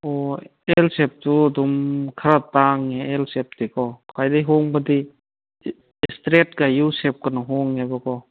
ꯑꯣ ꯑꯦꯜ ꯁꯦꯞꯇꯨ ꯑꯗꯨꯝ ꯈꯔ ꯇꯥꯡꯉꯦ ꯑꯦꯜ ꯁꯦꯞꯇꯤꯀꯣ ꯈ꯭ꯋꯥꯏꯗꯩ ꯍꯣꯡꯕꯗꯤ ꯏꯁꯇ꯭ꯔꯦꯠꯀ ꯌꯨ ꯁꯦꯞꯀꯅ ꯍꯣꯡꯉꯦꯕꯀꯣ